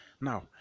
now